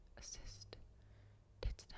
assist